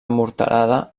morterada